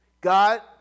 God